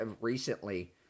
recently